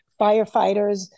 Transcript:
firefighters